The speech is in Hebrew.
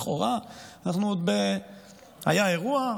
היה אירוע,